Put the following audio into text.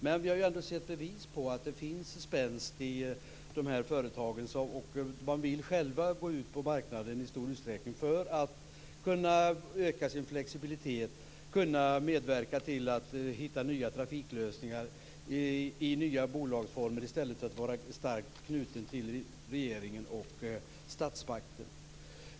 Men vi har ändå sett bevis på att det finns spänst i dessa företag och att de själva i stor utsträckning vill gå ut på marknaden för att kunna öka sin flexibilitet och kunna medverka till att hitta nya trafiklösningar i nya bolagsformer i stället för att vara starkt knutna till regeringen och statsmakten.